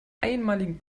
einmaligen